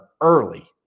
early